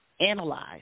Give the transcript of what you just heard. analyze